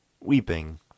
Weeping